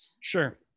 sure